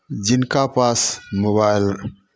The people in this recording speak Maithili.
जिनका पास मोबाइल